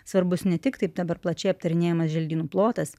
svarbus ne tik taip dabar plačiai aptarinėjamas želdynų plotas